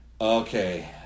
okay